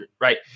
right